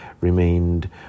remained